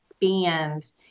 expand